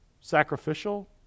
Sacrificial